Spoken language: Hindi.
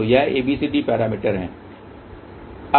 तो ये ABCD पैरामीटर हैं